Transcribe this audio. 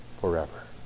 forever